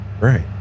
right